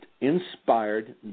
inspired